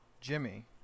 Jimmy